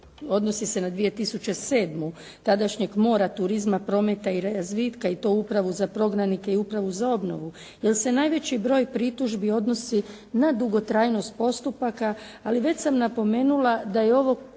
odnosi se na 2007. tadašnjeg mora, turizma, prometa i razvitka i to upravo za prognanike i upravu za obnovu, jer se najveći broj pritužbi odnosi na dugotrajnost postupaka, ali već sam napomenula da je ovo